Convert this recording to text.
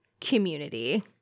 community